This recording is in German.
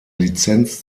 lizenz